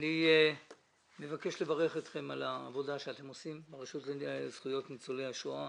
אני מבקש לברך אתכם על העבודה שאתם עושים ברשות לזכויות ניצולי השואה.